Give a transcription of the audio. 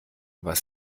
was